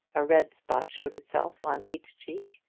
a red spot showed itself on each cheek,